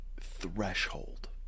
threshold